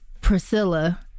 Priscilla